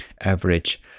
average